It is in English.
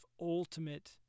ultimate